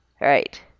Right